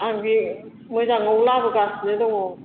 आं बे मोजाङाव लाबोगासिनो दङ